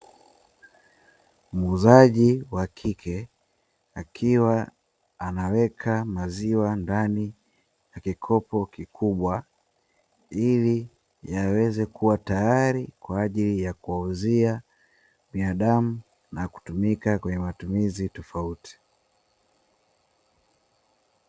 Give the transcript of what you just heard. Muuzaji wa kike akiwa anaweka maziwa ndani ya kikopo kikubwa, ili yaweze kuwa tayari kwa ajili ya kuwauzia binadamu na kutumika kwenye matumizi tofauti.